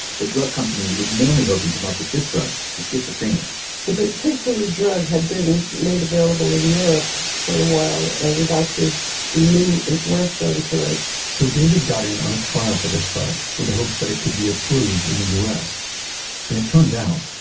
the drug company was mainly hoping to market this drug for schizophrenia but the particular drug had been made available in europe for a while and doctors knew it worked on tourettes so david got in on a trial for this drug, with the hopes that it could be approved in the us. and it turned out,